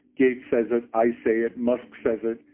gate says it, i say it, musk says it,